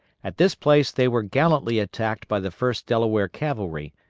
at this place they were gallantly attacked by the first delaware cavalry,